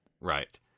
right